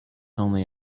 only